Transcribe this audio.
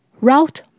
Route